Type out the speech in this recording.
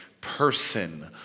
person